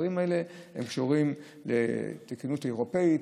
הדברים האלה קשורים לתקינות אירופית,